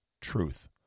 truth